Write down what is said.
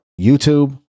YouTube